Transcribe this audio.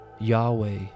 Yahweh